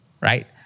right